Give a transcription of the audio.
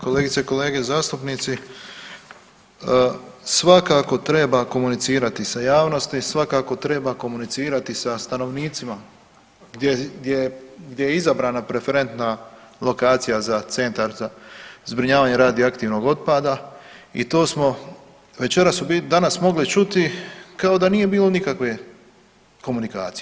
Kolegice i kolege zastupnici svakako treba komunicirati s javnosti, svakako treba komunicirati sa stanovnicima gdje je izabrana preferentna lokacija za centar za zbrinjavanje radioaktivnog otpada i to smo večeras, danas mogli čuti kao da nije bilo nikakve komunikacije.